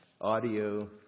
audio